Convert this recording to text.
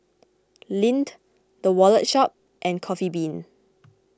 Lindt the Wallet Shop and Coffee Bean